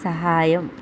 സഹായം